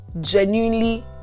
genuinely